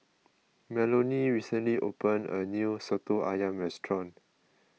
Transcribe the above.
Melonie recently opened a new Soto Ayam restaurant